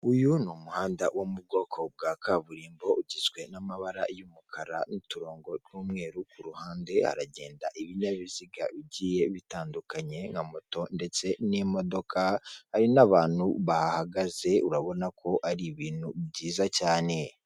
Uyu ni umuhanda wo mu bwoko bwa kaburimbo ugizwe n'amabara y'umukara n'uturongo n'umweru, ku ruhande haragenda ibinyabiziga bigiye bitandukanye nka moto ndetse n'imodoka, hari n'abantu bahahagaze urabona ko ari ibintu byiza cyane.